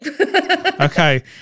Okay